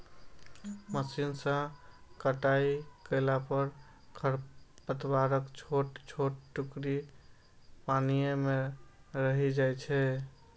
machine सं कटाइ कयला पर खरपतवारक छोट छोट टुकड़ी पानिये मे रहि जाइ छै